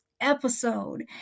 episode